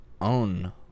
own